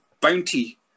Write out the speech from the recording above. Bounty